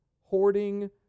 hoarding